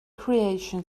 creation